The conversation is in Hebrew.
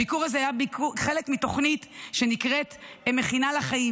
הביקור הזה היה חלק מתוכנית שנקראת "מכינה לחיים"